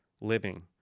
living